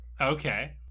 Okay